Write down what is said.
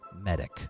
Medic